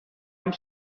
amb